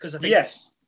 Yes